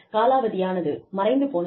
காலாவதியானது மறைந்து போனது